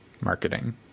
marketing